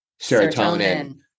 serotonin